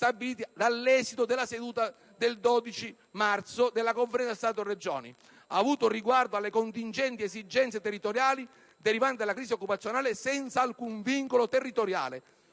stabiliti dall'esito della seduta del 12 marzo 2009 della Conferenza Stato-Regioni, avuto riguardo alle contingenti esigenze territoriali derivanti dalla crisi occupazionale, senza alcun vincolo territoriale,